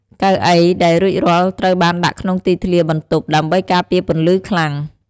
កៅអីដែលរួចរាល់ត្រូវបានដាក់ក្នុងទីធ្លាបន្ទប់ដើម្បីការពារពន្លឺខ្លាំង។